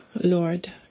Lord